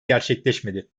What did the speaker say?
gerçekleşmedi